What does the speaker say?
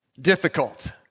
difficult